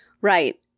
Right